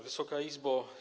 Wysoka Izbo!